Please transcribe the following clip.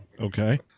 Okay